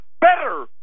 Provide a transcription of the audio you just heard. better